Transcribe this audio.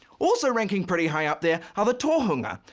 also ranking pretty high up there are the tohunga,